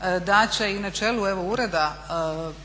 da će i na čelu evo Ureda